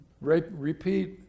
repeat